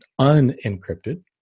unencrypted